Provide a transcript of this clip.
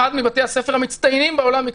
אחד מבתי הספר המצטיינים בעולם מקצועית.